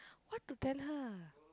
what to tell her